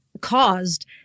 caused